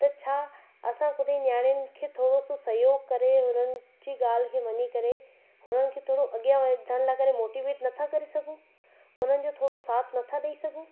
त छा असां ख़ुदि जी नियाणियुनि खे थोरो सो सहयोग करे हुननि जी ॻाल्हि खे मञी करे हुननि खे थोरो अॻिया वधण लाइ करे मोटिवेट न था करे सघूं उन्हनि जो थोरो साथ न था ॾई सघूं